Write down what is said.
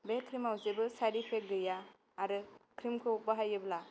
बे क्रिमआव जेबो साइट इपेक गैया आरो क्रिमखौ बाहायोब्ला